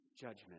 judgment